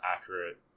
accurate